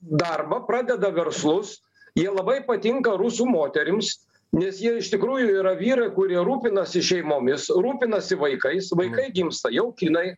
darbą pradeda verslus jie labai patinka rusų moterims nes jie iš tikrųjų yra vyrai kurie rūpinasi šeimomis rūpinasi vaikais vaikai gimsta jau kinai